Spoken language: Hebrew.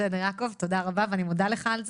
יעקב, תודה רבה, אני מודה לך על זה.